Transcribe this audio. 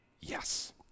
Yes